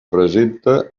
presenta